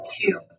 two